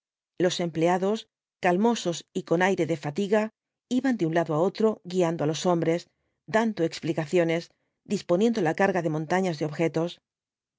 los empleados calmosos y con aire de fatiga iban de un lado á otro guiando á los hombres dando explicaciones disponiendo la carga de montañas de objetos